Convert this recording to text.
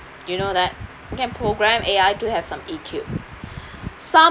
you know that you can program A_I to have some E_Q some